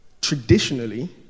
traditionally